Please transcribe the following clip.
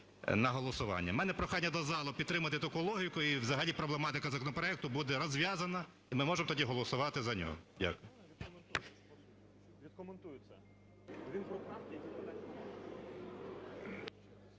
на голосування. В мене прохання до залу підтримати таку логіку, і взагалі проблематика законопроекту буде розв'язана і ми можемо тоді голосувати за нього.